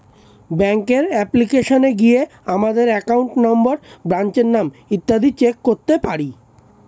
ব্যাঙ্কের অ্যাপ্লিকেশনে গিয়ে আমাদের অ্যাকাউন্ট নম্বর, ব্রাঞ্চের নাম ইত্যাদি চেক করতে পারি